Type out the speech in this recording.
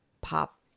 pop